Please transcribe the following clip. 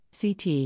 CT